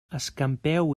escampeu